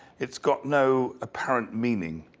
it's got no apparent meaning.